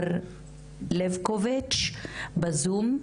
בר לבקוביץ' בזום.